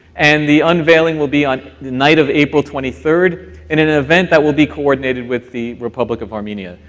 and the unveiling will be on the night of april twenty third in an event that will be coordinated with the republic of armenia.